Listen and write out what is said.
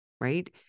right